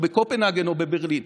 או בקופנהגן או בברלין.